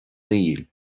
níl